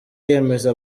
yemeza